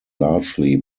largely